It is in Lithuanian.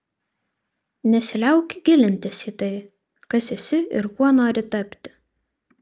nesiliauk gilintis į tai kas esi ir kuo nori tapti